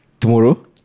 Tomorrow